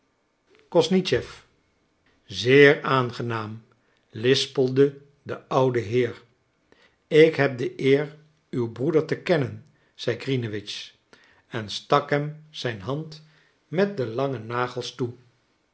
kosnischeff zeer aangenaam lispelde de oude heer ik heb de eer uw broeder te kennen zei grinewitsch en stak hem zijn hand met de lange nagels toe